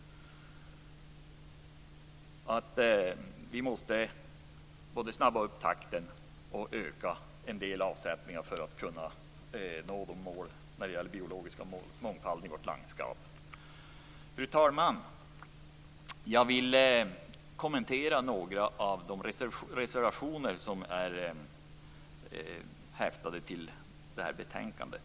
Vi måste både snabba upp takten och öka en del avsättningar för att kunna nå målen för den biologiska mångfalden i vårt landskap. Fru talman! Jag vill kommentera några av de reservationer som är fogade vid betänkandet.